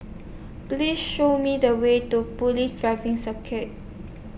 Please Show Me The Way to Police Driving Circuit